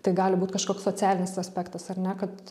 tai gali būt kažkoks socialinis aspektas ar ne kad